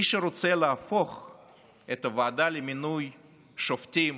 מי שרוצה להפוך את הוועדה למינוי שופטים